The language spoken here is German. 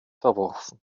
verworfen